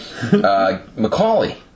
McCauley